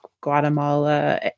Guatemala